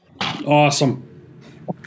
Awesome